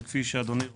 וכפי שאדוני רואה,